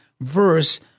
verse